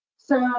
so,